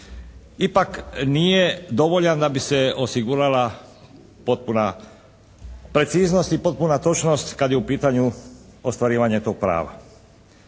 ipak nije dovoljan da bi se osigurala potpuna preciznost i potpuna točnost kada je u pitanju ostvarivanje tog prava.